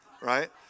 Right